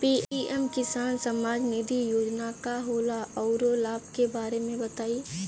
PM किसान सम्मान निधि योजना का होला औरो लाभ के बारे में बताई?